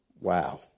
Wow